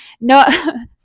No